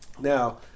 Now